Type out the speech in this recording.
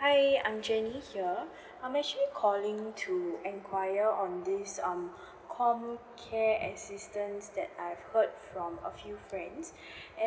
hi I'm J E N N Y here I'm actually calling to enquire on this um C_O_M care assistance that I've heard form a few friends